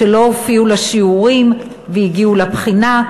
שלא הופיעו לשיעורים והגיעו לבחינה,